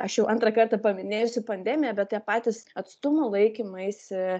aš jau antrą kartą paminėjusi pandemiją bet jie patys atstumų laikymuisi